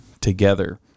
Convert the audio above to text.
together